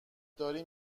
داری